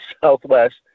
Southwest